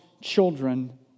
children